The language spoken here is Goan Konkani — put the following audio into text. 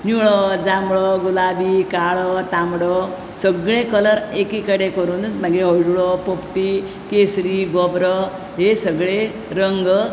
निळो जांबळो गुलाबी काळो तांबडो सगळे कलर एकीकडेन करूनूत हळडुवो पोपटी केंसरी गोबोरो हे सगळे रंग